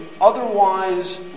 otherwise